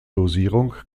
dosierung